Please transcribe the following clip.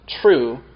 true